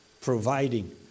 providing